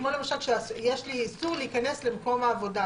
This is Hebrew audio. כמו למשל יש לי איסור להיכנס למקום עבודה,